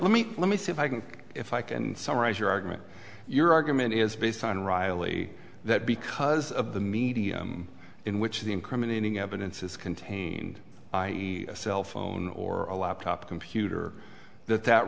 let me let me see if i can if i can summarize your argument your argument is based on reilly that because of the medium in which the incriminating evidence is contained a cell phone or a laptop computer that that